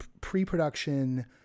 pre-production